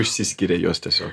išsiskiria jos tiesiog